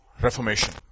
reformation